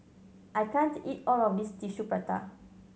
I can't eat all of this Tissue Prata